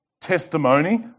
testimony